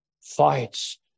fights